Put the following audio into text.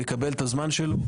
הוא יקבל את הזמן שלו.